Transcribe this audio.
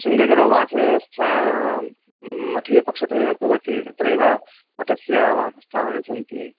शृङ्गगिरौ वासव्यवस्था मठीयपक्षतः एव भवति तत्रैव मठस्य वासस्थानानि सन्ति